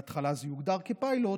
בהתחלה זה יוגדר כפיילוט,